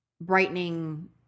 Brightening